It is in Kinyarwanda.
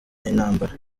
n’intambara